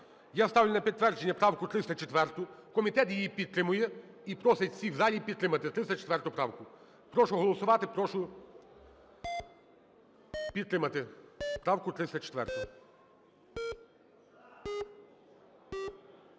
Я ставлю на підтвердження правку 304. Комітет її підтримує і просить всіх в залі підтримати 304 правку. Прошу голосувати, прошу підтримати правку 304.